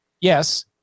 yes